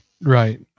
Right